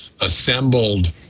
assembled